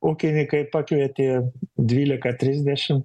ūkininkai pakvietė dvylika trisdešim